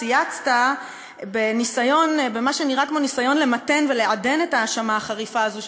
צייצת במה שנראה כמו ניסיון למתן ולעדן את ההאשמה החריפה הזאת,